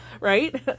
Right